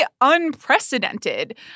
unprecedented